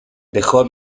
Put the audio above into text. dejó